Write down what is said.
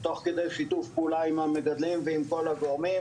תוך כדי שיתוף פעולה עם המגדלים ועם כל הגורמים,